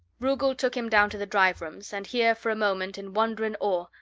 rugel took him down to the drive rooms, and here for a moment, in wonder and awe,